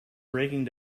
breaking